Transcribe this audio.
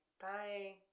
Bye